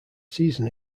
season